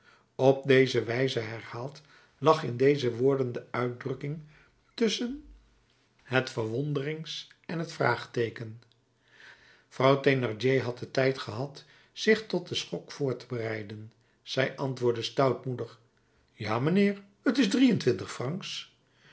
op deze wijze herhaald lag in deze woorden de uitdrukking tusschen het verwonderings en het vraagteeken vrouw thénardier had den tijd gehad zich tot den schok voor te bereiden zij antwoordde stoutmoedig ja mijnheer t is drie-en-twintig francs